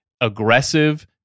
aggressive